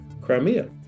Crimea